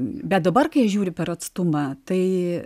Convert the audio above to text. bet dabar kai žiūri per atstumą tai